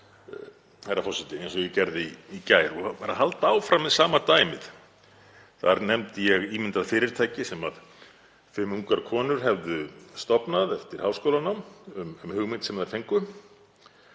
eins og ég gerði í gær og ætla bara að halda áfram með sama dæmið. Þar nefndi ég ímyndað fyrirtæki sem fimm ungar konur hefðu stofnað eftir háskólanám um hugmynd sem þær fengu.